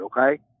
Okay